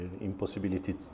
impossibility